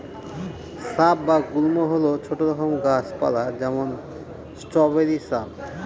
shrub বা গুল্ম হল ছোট রকম গাছ পালা যেমন স্ট্রবেরি শ্রাব